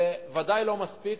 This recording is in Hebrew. זה ודאי לא מספיק,